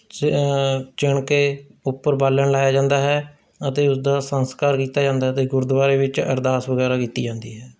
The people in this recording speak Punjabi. ਚਿ ਚਿਣ ਕੇ ਉੱਪਰ ਬਾਲਣ ਲਾਇਆ ਜਾਂਦਾ ਹੈ ਅਤੇ ਉਸ ਦਾ ਸੰਸਕਾਰ ਕੀਤਾ ਜਾਂਦਾ ਹੈ ਅਤੇ ਗੁਰਦੁਆਰੇ ਵਿੱਚ ਅਰਦਾਸ ਵਗੈਰਾ ਕੀਤੀ ਜਾਂਦੀ ਹੈ